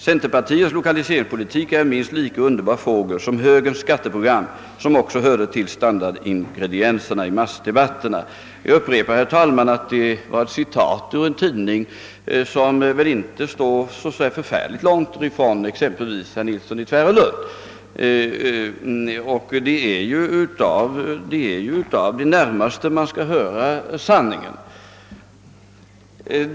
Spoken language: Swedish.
Centerpartiets lokaliserings politik är en minst lika underbar fågel som högerns skatteprogram, som också körde till standardingredienserna i massdebatterna.» Jag upprepar att detta är ett citat ur en tidning, som väl inte står så långt ifrån herr Nilsson i Tvärålund — det är ju av sina närmaste man skall höra sanningen.